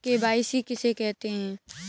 KYC किसे कहते हैं?